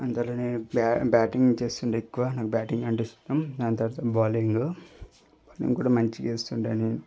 అందులో బ్యా బ్యాటింగ్ చేస్తుండే ఎక్కువ నాకు బ్యాటింగ్ అంటే ఇష్టం దాని తర్వాత బౌలింగ్ అది కూడ మంచిగా వేస్తుండే నేను